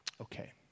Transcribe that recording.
Okay